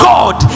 God